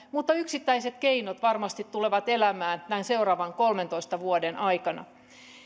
mutta yksittäiset keinot varmasti tulevat elämään näiden seuraavien kolmentoista vuoden aikana